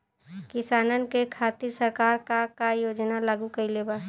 किसानन के खातिर सरकार का का योजना लागू कईले बा?